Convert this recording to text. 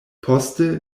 poste